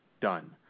done